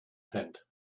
tent